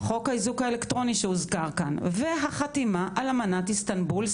חוק האיזוק האלקטרוני שהוזכר כאן זה חתימה על אמנת איסטנבול.